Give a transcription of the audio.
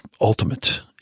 ultimate